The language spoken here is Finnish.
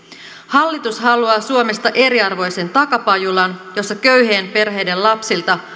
hallitus haluaa suomesta eriarvoisen takapajulan jossa köyhien perheiden lapsilta